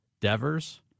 Devers